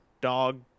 dog